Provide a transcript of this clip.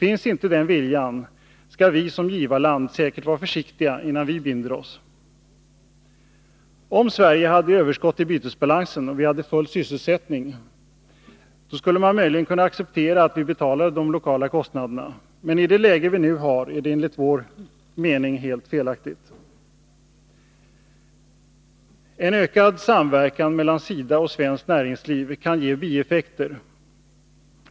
Finns inte den viljan, skall vi som givarland säkert vara försiktiga, innan vi binder oss. Om Sverige hade överskott i bytesbalansen och om vi hade full sysselsättning, skulle man möjligen kunna acceptera att vi betalade de lokala kostnaderna. Men i det läge vi nu har är det, enligt vår mening, helt felaktigt. En ökad samverkan mellan SIDA och svenskt näringsliv kan ge bieffekter.